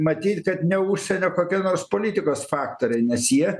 matyt kad ne užsienio kokie nors politikos faktoriai nes jie